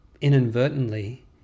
inadvertently